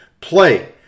play